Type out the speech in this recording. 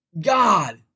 God